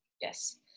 Yes